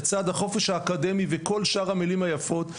לצד החופש האקדמי וכל שאר המלים היפות,